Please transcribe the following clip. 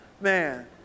Man